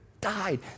died